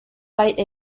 bite